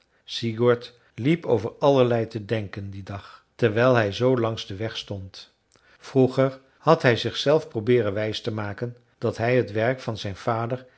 sigurd liep over allerlei te denken dien dag terwijl hij zoo langs den weg stond vroeger had hij zichzelf probeeren wijs te maken dat hij het werk van zijn vader